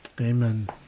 Amen